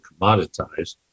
commoditized